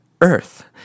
earth